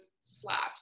slaps